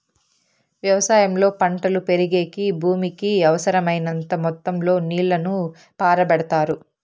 వ్యవసాయంలో పంటలు పెరిగేకి భూమికి అవసరమైనంత మొత్తం లో నీళ్ళను పారబెడతారు